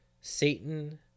Satan